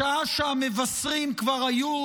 בשעה שהמבשרים כבר היו